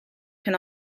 can